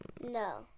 No